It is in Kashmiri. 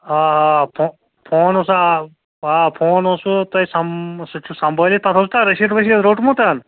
فو فون اوس آ فون اوسوٕ تُہۍ سم سُہ چھُ سمبٲلِتھ تتھ اوس کانٛہہ رٔسیٖد ؤسیٖد روٚٹمُت